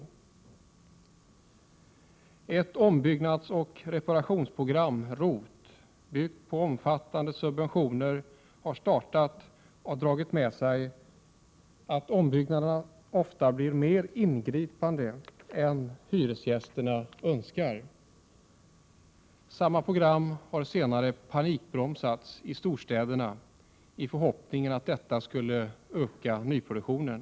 o Ett ombyggnadsoch reparationsprogram, ROT, byggt på omfattande subventioner har startat och dragit med sig ombyggnader som ofta blivit mer ingripande än hyresgästerna önskat. Samma program har senare panikbromsats i storstäderna i förhoppningen att detta skulle öka nyproduktionen.